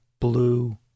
blue